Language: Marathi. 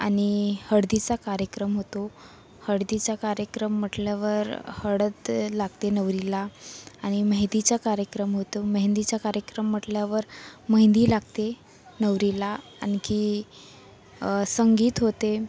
आणि हळदीचा कार्यक्रम होतो हळदीचा कार्यक्रम म्हटल्यावर हळद लागते नवरीला आणि मेहंदीचा कार्यक्रम होतो मेहंदीचा कार्यक्रम म्हटल्यावर महेंदी लागते नवरीला आणखी संगीत होते